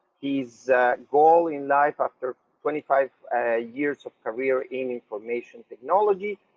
his goal in life after twenty five years of career in information technology,